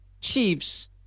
Chiefs